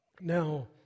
Now